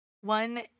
One